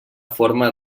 forma